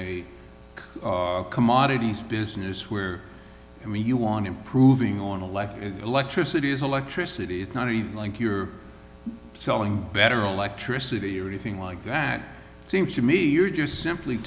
in a commodities business where i mean you on improving on a lack of electricity is electricity it's not even like you're selling better electricity or anything like that it seems to me you're just simply